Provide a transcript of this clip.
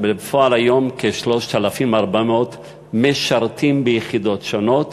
הם סיפרו שבפועל היום כ-3,400 משרתים ביחידות שונות,